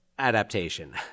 Adaptation